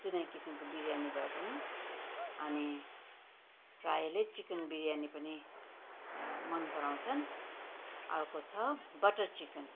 जुनै किसिमको बिरयानी भए पनि अनि प्रायःले चिकन बिरयानी पनि मन पराउँछन् अर्को छ बटर चिकन